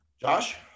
Josh